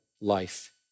life